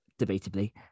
debatably